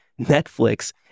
Netflix